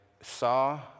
saw